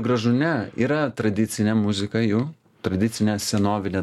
gražu ne yra tradicinė muzika jų tradicinė senovinė